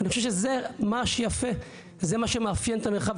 אני חושב שזה מה שיפה וזה מה שמאפיין את המרחב